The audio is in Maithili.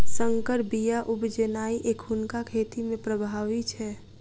सँकर बीया उपजेनाइ एखुनका खेती मे प्रभावी छै